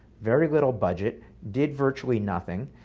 very little budget, did virtually nothing.